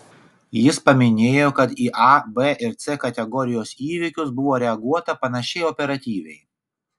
jis paminėjo kad į a b ir c kategorijos įvykius buvo reaguota panašiai operatyviai